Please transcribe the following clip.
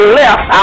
left